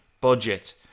budget